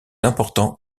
important